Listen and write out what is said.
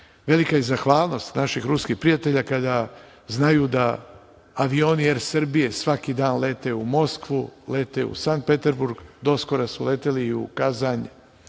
velika je zahvalnost naših ruskih prijatelja kada znaju da avioni „Er Srbije“ svaki dan lete u Moskvu, lete u Sankt Petersburg. Do skora su leteli i u Kazanj